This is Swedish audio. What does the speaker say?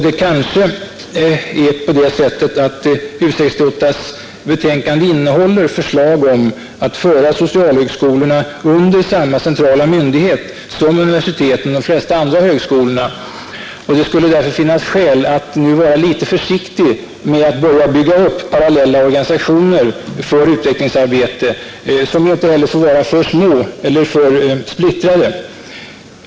Det är så att U 68:s betänkande innehåller förslag om att föra socialhögskolorna under samma centrala myndighet som universiteten och de flesta andra högskolorna. Det finns därför skäl för att nu vara litet försiktig med att börja bygga upp parallella organisationer för utvecklingsarbete, som ju inte heller får vara för små och för splittrade.